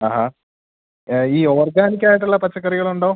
ഈ ഓർഗാനിക്ക് ആയിട്ടുള്ള പച്ചക്കറികളുണ്ടോ